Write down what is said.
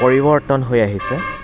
পৰিৱৰ্তন হৈ আহিছে